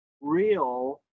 real